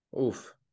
Oof